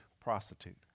prostitute